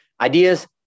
Ideas